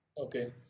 okay